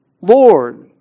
Lord